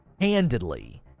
Handedly